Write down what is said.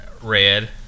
red